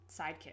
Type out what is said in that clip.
sidekick